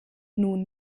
nun